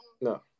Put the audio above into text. No